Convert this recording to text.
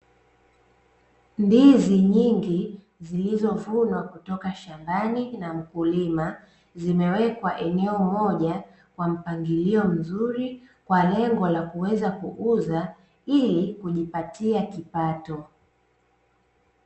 Ndizi nyingi zilizovunwa kutoka shambani na mkulima, zimewekwa eneo moja kwa mpangilio mzuri kwa lengo la kuweza kuuza ili kujipatia kipato.